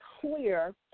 clear